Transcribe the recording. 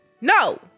No